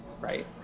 right